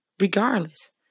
regardless